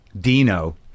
Dino